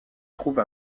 trouve